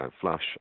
flush